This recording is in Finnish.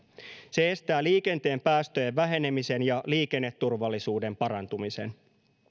se estää liikenteen päästöjen vähenemisen ja liikenneturvallisuuden parantumisen